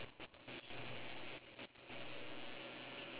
K ni five more minute lagi five more minutes lah